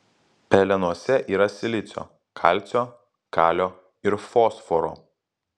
pelenuose yra silicio kalcio kalio ir fosforo